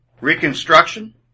Reconstruction